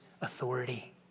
authority